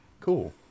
cool